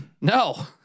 No